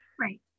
Right